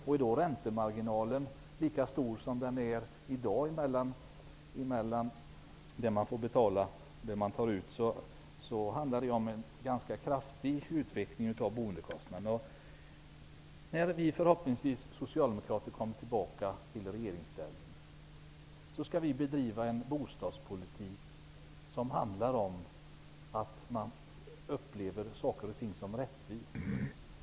Om då räntemarginalen mellan det man får betala och det man tar ut är lika stor som den är i dag innebär det en ganska kraftig ökning av boendekostnaden. När vi socialdemokrater förhoppningsvis kommer tillbaka i regeringsställning skall vi bedriva en bostadspolitik som skall upplevas som rättvis.